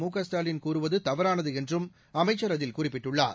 முகஸ்டாலின் கூறுவது தவறானது என்றும் அமைச்சர் அதில் குறிப்பிட்டுள்ளார்